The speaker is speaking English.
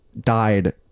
died